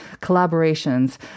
collaborations